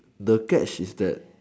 the sketch is that